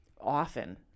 often